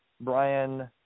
Brian